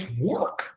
work